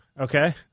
okay